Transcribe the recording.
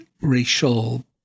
racial